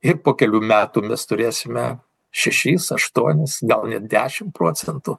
ir po kelių metų mes turėsime šešis aštuonis gal dešim procentų